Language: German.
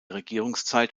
regierungszeit